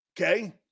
Okay